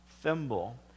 thimble